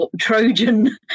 Trojan